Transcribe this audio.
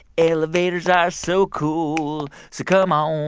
elevators are so cool. so come um